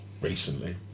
recently